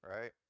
right